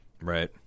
Right